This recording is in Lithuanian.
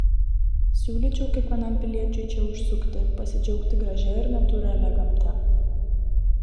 siūlyčiau kiekvienam piliečiui čia užsukti pasidžiaugti gražia ir natūralia gamta